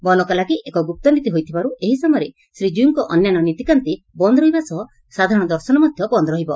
ବନକ ଲାଗି ଏକ ଗୁପ୍ତ ନୀତି ହୋଇଥିବାରୁ ଏହି ସମୟରେ ଶ୍ରୀଜୀଉଙ୍କ ଅନ୍ୟାନ୍ୟ ନୀତିକାନ୍ତି ବନ୍ଦ ରହିବା ସହ ସାଧାରଣ ଦର୍ଶନ ମଧ୍ଧ ବନ୍ଦ ରହିବ